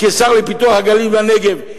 כשר לפיתוח הגליל והנגב,